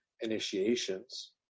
initiations